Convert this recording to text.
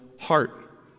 heart